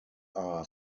are